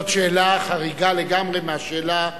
זאת שאלה חריגה לגמרי מהשאלה,